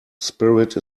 spirit